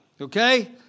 okay